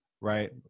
right